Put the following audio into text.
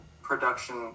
production